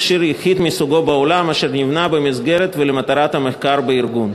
מכשיר יחיד מסוגו בעולם אשר נבנה במסגרת ולמטרת המחקר בארגון.